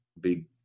big